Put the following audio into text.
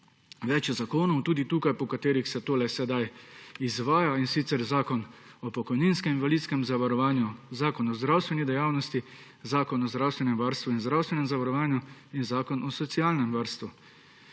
več zakonov tudi tukaj, po katerih se tole sedaj izvaja, in sicer Zakon o pokojninskem in invalidskem zavarovanju, Zakon o zdravstveni dejavnosti, Zakon o zdravstvenem varstvu in zdravstvenem zavarovanju in Zakon o socialnem varstvu.